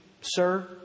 Sir